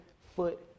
foot